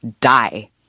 die